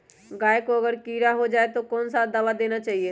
गाय को अगर कीड़ा हो जाय तो कौन सा दवा देना चाहिए?